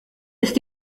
ist